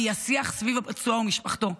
וזה השיח סביב הפצוע ומשפחתו.